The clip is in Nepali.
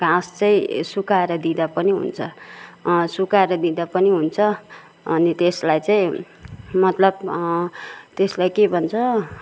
घाँस चाहिँ सुकाएर दिँदा पनि हुन्छ सुकाएर दिँदा पनि हुन्छ अनि त्यसलाई चाहिँ मतलब त्यसलाई के भन्छ